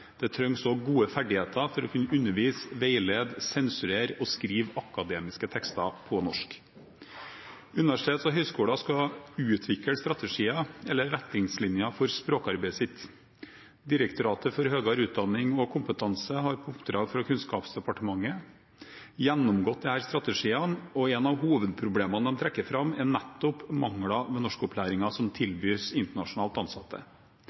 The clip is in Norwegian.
Det trengs også gode ferdigheter for å kunne undervise, veilede, sensurere og skrive akademiske tekster på norsk. Universiteter og høyskoler skal utvikle strategier eller retningslinjer for språkarbeidet sitt. Direktoratet for høyere utdanning og kompetanse har på oppdrag fra Kunnskapsdepartementet gjennomgått disse strategiene. Et av hovedproblemene de trekker fram, er nettopp mangler ved norskopplæringen som tilbys internasjonalt ansatte.